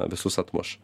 visus atmuš